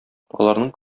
аларның